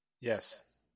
yes